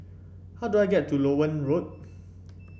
how do I get to Loewen Road